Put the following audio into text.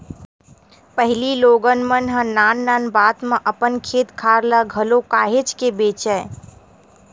पहिली लोगन मन ह नान नान बात म अपन खेत खार ल घलो काहेच के बेंचय